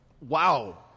Wow